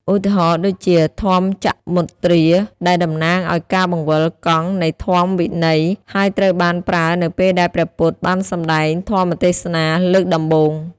ឧទាហរណ៍ ដូចជា ធម្មចក្រមុទ្រា ដែលតំណាងឱ្យការបង្វិលកង់នៃធម្មវិន័យ ហើយត្រូវបានប្រើនៅពេលដែលព្រះពុទ្ធបានសំដែងធម្មទេសនាលើកដំបូង។